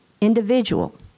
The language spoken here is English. individual